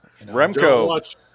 Remco